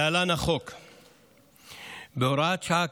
בהוראת שעה,